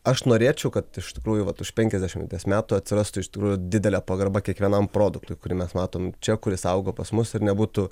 aš norėčiau kad iš tikrųjų vat už penkiasdešimties metų atsirastų iš tikrųjų didelė pagarba kiekvienam produktui kurį mes matom čia kuris augo pas mus ir nebūtų